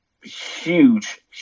huge